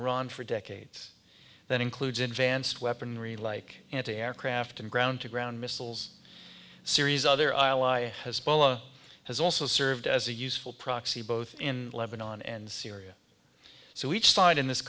iran for decades that includes advanced weaponry like anti aircraft and ground to ground missiles series other i lie hezbollah has also served as a useful proxy both in lebanon and syria so each side in this